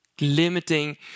limiting